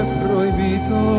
proibito